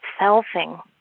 selfing